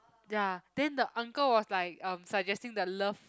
ya then the uncle was like um suggesting the love